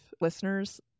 listeners